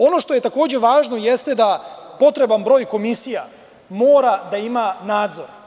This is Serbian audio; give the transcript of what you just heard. Ono što je važno jeste da potreban broj komisija mora da ima nadzor.